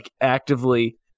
actively